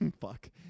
fuck